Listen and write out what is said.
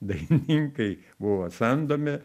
dainininkai buvo samdomi